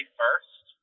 first